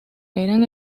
eran